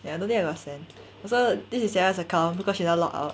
ya I don't think I got send so this is sarah's account because she never log out